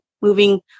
moving